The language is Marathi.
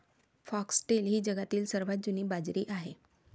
फॉक्सटेल ही जगातील सर्वात जुनी बाजरी आहे